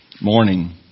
morning